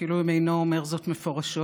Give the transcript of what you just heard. אפילו אם אינו אומר זאת מפורשות,